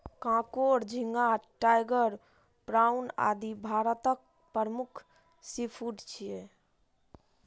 कांकोर, झींगा, tiger prawn, आदि भारतक प्रमुख सीफूड छियै